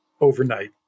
overnight